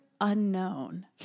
unknown